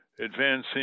advancing